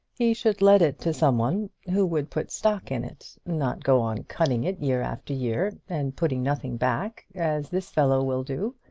he should let it to some one who would put stock in it not go on cutting it year after year, and putting nothing back, as this fellow will do.